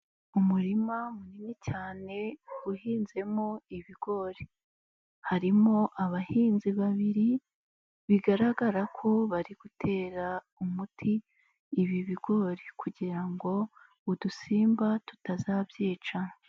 Umurima munini cyane uhinzemo ibigori, harimo abahinzi babiri bigaragara ko bari gutera umuti ibi bigori kugira ngo udusimba tutazabyica.